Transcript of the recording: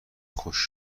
خوش